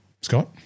Scott